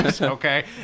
okay